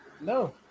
No